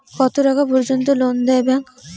কত টাকা পর্যন্ত লোন দেয় ব্যাংক?